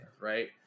right